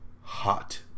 hot